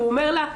הוא אומר לה,